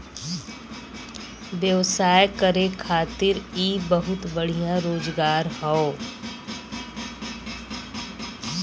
व्यवसाय करे खातिर इ बहुते बढ़िया रोजगार हौ